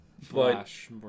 Flash